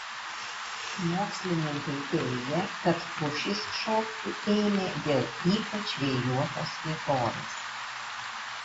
mokslininkai teigia kad pušys šokti ėmė dėl ypač vėjuotos vietovės